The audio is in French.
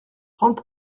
trente